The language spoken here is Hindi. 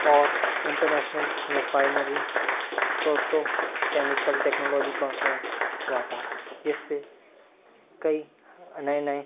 और international refinery proto chemical technology conference हुआ था जिसपर कई नए नए